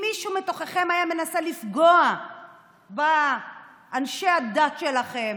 ואם מישהו מתוככם היה מנסה לפגוע באנשי הדת שלכם,